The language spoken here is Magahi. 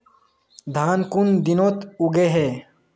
धान कुन दिनोत उगैहे